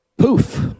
Poof